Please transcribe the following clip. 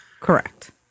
Correct